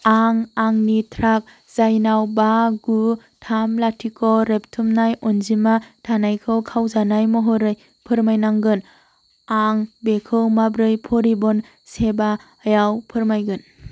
आं आंनि ट्राक जायनाव बा गु थाम लाथिख' रेबथुमनाय अनजिमा थानायखौ खावजानाय महरै फोरमायनांगोन आं बेखौ माबोरै परिबहन सेभायाव फोरमायगोन